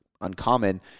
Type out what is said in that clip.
uncommon